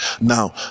now